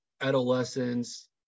adolescents